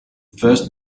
first